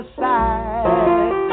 side